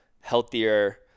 healthier